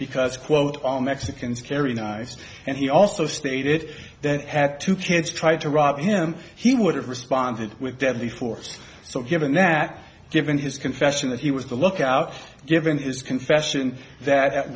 because quote all mexicans carry knives and he also stated that had two kids tried to rob him he would have responded with deadly force so given that given his confession that he was the lookout given his confession that at